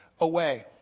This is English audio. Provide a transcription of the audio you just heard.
away